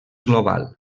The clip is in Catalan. global